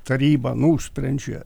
taryba nusprendžia